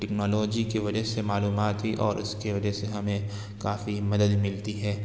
technology کی وجہ سے معلومات اور اس کی وجہ سے ہمیں کافی مدد ملتی ہے